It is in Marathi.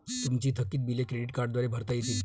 तुमची थकीत बिले क्रेडिट कार्डद्वारे भरता येतील